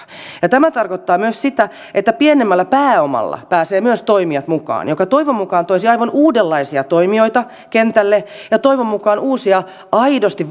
tämä tarkoittaa sitä että myös pienemmällä pääomalla pääsevät toimijat mukaan mikä toivon mukaan toisi aivan uudenlaisia toimijoita kentälle ja toivon mukaan uusia aidosti